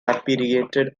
repatriated